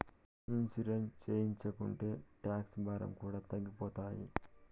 insurance చేయించుకుంటే tax భారం కూడా తగ్గిపోతాయి